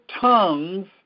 tongues